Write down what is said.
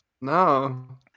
No